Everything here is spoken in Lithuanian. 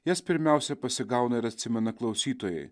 jas pirmiausia pasigauna ir atsimena klausytojai